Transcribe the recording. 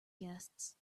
guests